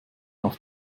auf